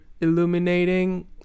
illuminating